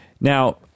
Now